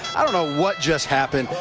i don't know what just happened.